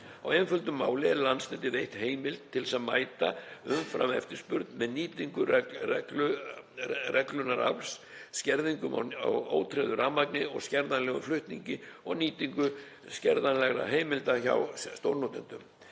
Á einföldu máli er Landsneti veitt heimild til þess að mæta umframeftirspurn með nýtingu reglunarafls, skerðingum á ótryggðu rafmagni og skerðanlegum flutningi og nýtingu skerðanlegra heimilda hjá stórnotendum.